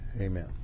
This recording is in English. Amen